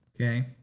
Okay